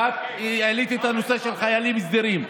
ואת העלית את הנושא של חיילים סדירים.